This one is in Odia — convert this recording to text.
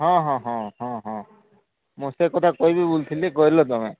ହଁ ହଁ ହଁ ହଁ ହଁ ମୋତେ ଏକଥା କହିବି ବୋଲିଥିଲି କହିଲ ତୁମେ